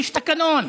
יש תקנון.